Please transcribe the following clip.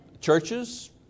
churches